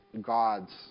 God's